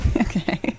Okay